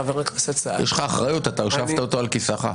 לך אחריות, אתה הושבת אותו על כיסאך.